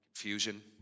confusion